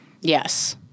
Yes